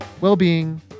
well-being